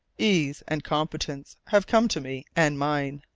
ease and competence have come to me and mine!